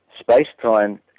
space-time